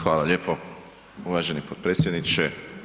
Hvala lijepo uvaženi potpredsjedniče.